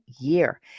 year